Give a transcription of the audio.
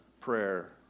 prayer